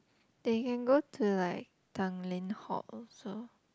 they can go to like Tanglin-Halt also